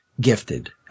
gifted